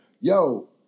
Yo